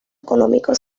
económico